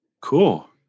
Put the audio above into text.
cool